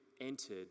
entered